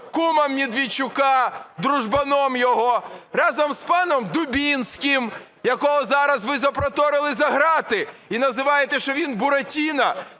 кумом Медведчука, дружбаном його, разом з паном Дубінським, якого зараз ви запроторили за ґрати і називаєте, що він "Буратіно",